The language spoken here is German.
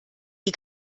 die